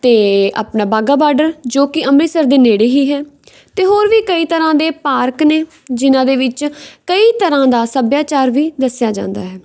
ਅਤੇ ਆਪਣਾ ਵਾਹਗਾ ਬਾਡਰ ਜੋ ਕਿ ਅੰਮ੍ਰਿਤਸਰ ਦੇ ਨੇੜੇ ਹੀ ਹੈ ਅਤੇ ਹੋਰ ਵੀ ਕਈ ਤਰ੍ਹਾਂ ਦੇ ਪਾਰਕ ਨੇ ਜਿਨ੍ਹਾਂ ਦੇ ਵਿੱਚ ਕਈ ਤਰ੍ਹਾਂ ਦਾ ਸੱਭਿਆਚਾਰ ਵੀ ਦੱਸਿਆ ਜਾਂਦਾ ਹੈ